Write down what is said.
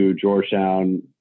Georgetown